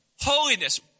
Holiness